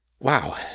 Wow